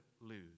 lose